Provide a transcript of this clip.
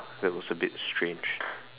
that was a bit a strange